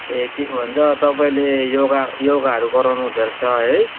ए के भन्छ तपाईँले योगा योगाहरू गराउनु हुँदोरहेछ है